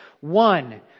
One